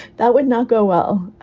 that would not go well.